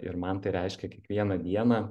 ir man tai reiškia kiekvieną dieną